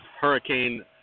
Hurricane